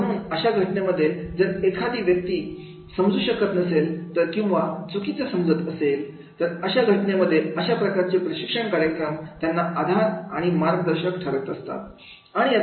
आणि म्हणून अशा घटनेमध्ये जर एखादा व्यक्ती समजू शकत नसेल तर किंवा चुकीचं समजत असेल तर अशा घटनेमध्ये अशा प्रकारचे प्रशिक्षण कार्यक्रम त्यांना आधार आणि मार्गदर्शक ठरत असतात